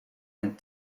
and